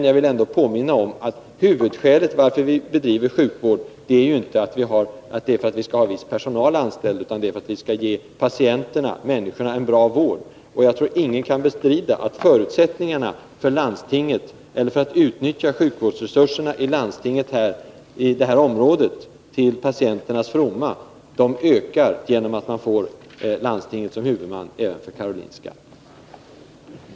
Jag vill ändå påminna om, att huvudskälet till att vi bedriver sjukvård är inte att vi skall ha viss personal anställd, utan det är att vi skall ge människorna en bra vård. Jag tror ingen kan bestrida, att förutsättningarna för att utnyttja sjukvårdsresurserna i det här landstingsområdet till patienternas fromma ökar genom att man får landstinget som huvudman även för Karolinska sjukhuset.